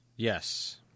Yes